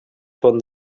von